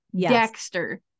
Dexter